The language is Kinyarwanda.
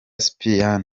sipiriyani